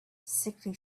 sickly